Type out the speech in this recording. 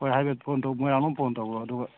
ꯍꯣꯏ ꯍꯥꯏꯐꯦꯠ ꯐꯣꯟ ꯇꯧ ꯃꯣꯏꯔꯥꯡꯂꯣꯝ ꯐꯣꯟ ꯇꯧꯈ꯭ꯔꯣ ꯑꯗꯨꯒ